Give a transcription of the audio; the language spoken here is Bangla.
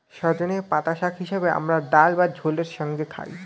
সজনের পাতা শাক হিসেবে আমরা ডাল বা ঝোলের সঙ্গে খাই